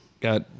Got